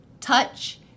touch